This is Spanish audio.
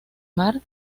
mar